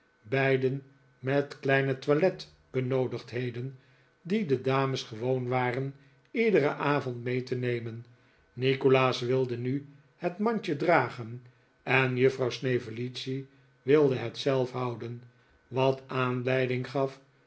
beide met kleine toilet benoodigdheden die de dames gewoon waren iederen avond mee te nemen nikolaas wilde nu het mandje dragen en juffrouw snevellicci wilde het zelf houden wat aanleiding gaf